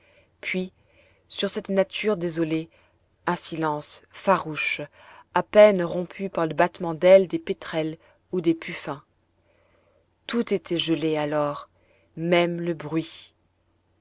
puis sur cette nature désolée un silence farouche à peine rompu par le battement d'ailes des pétrels ou des puffins tout était gelé alors même le bruit